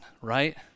right